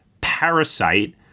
Parasite